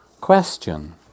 question